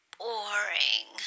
boring